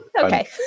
Okay